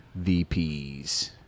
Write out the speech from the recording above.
vps